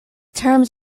terms